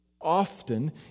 often